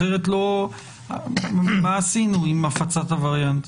אחרת מה עשינו עם הפצת הווריאנט?